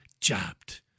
jabbed